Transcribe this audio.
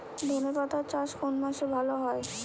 ধনেপাতার চাষ কোন মাসে ভালো হয়?